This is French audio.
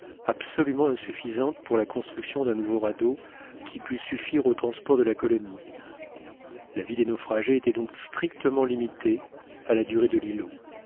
absolument insuffisantes pour la construction d'un nouveau radeau qui pût suffire au transport de la colonie la vie des naufragés était donc strictement limitée à la durée de l'îlot